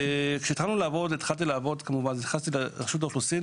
כשהתחלתי לעבוד ונכנסתי לרשות האוכלוסין,